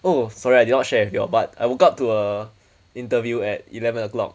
oh sorry I did not share you all but I woke up to a interview at eleven o'clock